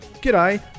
G'day